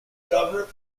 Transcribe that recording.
governor